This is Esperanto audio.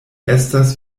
estas